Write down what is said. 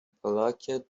palakkad